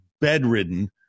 bedridden